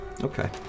Okay